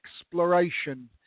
exploration